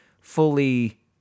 fully